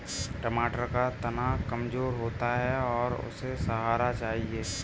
टमाटर का तना कमजोर होता है और उसे सहारा चाहिए